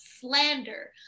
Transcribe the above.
slander